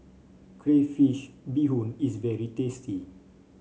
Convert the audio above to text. Crayfish Beehoon is very tasty